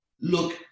Look